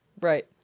Right